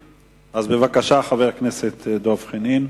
בבקשה, חבר הכנסת דב חנין.